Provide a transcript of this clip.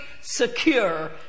secure